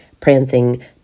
prancing